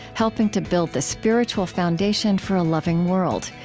helping to build the spiritual foundation for a loving world.